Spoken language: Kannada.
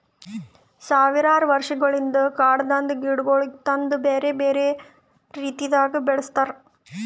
ಸಾವಿರಾರು ವರ್ಷಗೊಳಿಂದ್ ಕಾಡದಾಂದ್ ಗಿಡಗೊಳಿಗ್ ತಂದು ಬ್ಯಾರೆ ಬ್ಯಾರೆ ರೀತಿದಾಗ್ ಬೆಳಸ್ತಾರ್